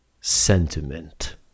sentiment